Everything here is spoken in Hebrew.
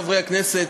חברי הכנסת: